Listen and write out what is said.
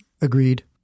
Agreed